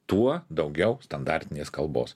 tuo daugiau standartinės kalbos